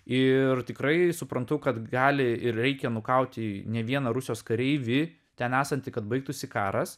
ir tikrai suprantu kad gali ir reikia nukauti ne vieną rusijos kareivį ten esantį kad baigtųsi karas